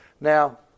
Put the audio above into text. Now